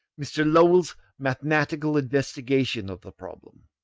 mr. lowell's mathematical investigation of the problem.